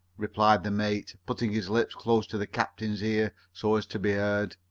replied the mate, putting his lips close to the captain's ear, so as to be heard.